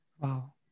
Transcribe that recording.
Wow